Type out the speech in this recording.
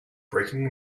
breaking